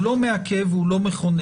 הוא לא מעכב והוא לא מכונן.